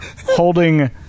holding